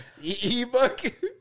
E-book